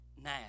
now